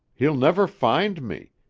he'll never find me.